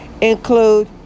include